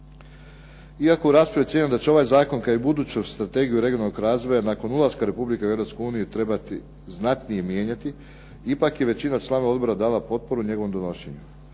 Iako je u raspravi ocijenjeno da će ovaj zakon, kao i buduća strategija regionalnog razvoja, nakon ulaska Republike Hrvatske u Europsku uniju trebati znatnije mijenjati, ipak je većina članova odbora dala potporu njegovom donošenje.